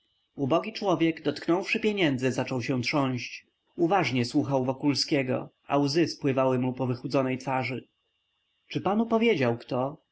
ubogi człowiek dotknąwszy pieniędzy zaczął się trząść uważnie słuchał wokulskiego a łzy spływały mu po wychudzonej twarzy czy panu powiedział kto